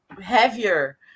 heavier